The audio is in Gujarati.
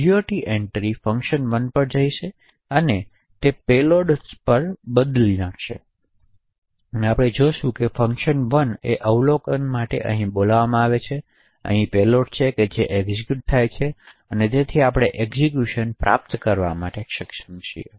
GOT એન્ટ્રી fun1 પર જઈશું અને તેને પેલોડ સાથે બદલીને તેથી આપણે જોશું કે જ્યારે fun1 અવલોકન અહીં બોલાવવામાં આવે છે તે પેલોડ હશે જે એક્ઝેક્યુટ થાય છે અને તેથી આપણે એક્ઝેક્યુશન પ્રાપ્ત કરવા માટે સક્ષમ છીએ